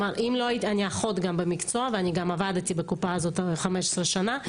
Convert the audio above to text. אני אחות במקצועי ועבדתי גם בקופה הזו 15 שנה.